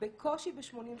בקושי ב-84.